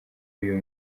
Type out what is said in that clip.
uyu